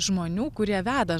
žmonių kurie veda